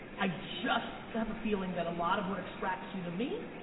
i just have a feeling that a lot of what attracts you to me,